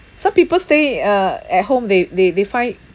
some people stay uh at home they they they find